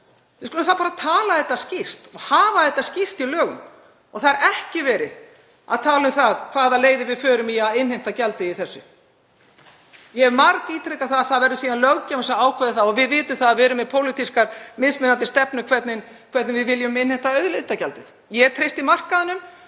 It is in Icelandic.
Við skulum þá bara tala skýrt og hafa þetta skýrt í lögum. Það er ekki verið að tala um það hvaða leiðir við förum í að innheimta gjaldið í þessu. Ég hef margítrekað að það verður síðan löggjafans að ákveða það. Við vitum að pólítískt erum við með mismunandi stefnu um hvernig við viljum innheimta auðlindagjaldið. Ég treysti markaðnum.